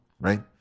Right